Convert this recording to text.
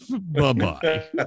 Bye-bye